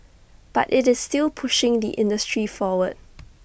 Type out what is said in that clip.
but IT is still pushing the industry forward